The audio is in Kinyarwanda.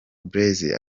blaise